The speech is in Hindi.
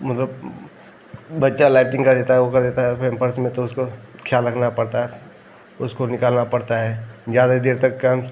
मतलब बच्चा लैट्रिन कर देता है वह कर देता है पैम्पर्स में तो उसका ख़्याल रखना पड़ता है उसको निकालना पड़ता है ज़्यादा देर तक का हम